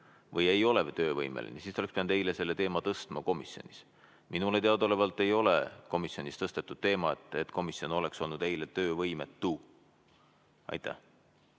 ei ole töövõimeline, siis te olekiste pidanud eile selle teema tõstma komisjonis. Minule teadaolevalt ei ole komisjonis tõstetud teemat, et komisjon oleks olnud eile töövõimetu. Paul